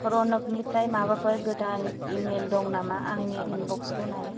रनौकनिफ्राय माबाफोर गोदान इमेइल दं नामा आंनि इनबक्सखौ नाय